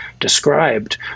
described